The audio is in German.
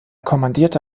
kommandierte